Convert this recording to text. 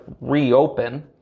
reopen